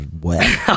wet